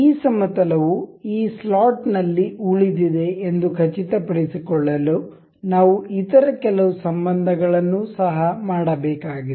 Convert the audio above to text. ಈ ಸಮತಲವು ಈ ಸ್ಲಾಟ್ನಲ್ಲಿ ಉಳಿದಿದೆ ಎಂದು ಖಚಿತಪಡಿಸಿಕೊಳ್ಳಲು ನಾವು ಇತರ ಕೆಲವು ಸಂಬಂಧಗಳನ್ನು ಸಹ ಮಾಡಬೇಕಾಗಿದೆ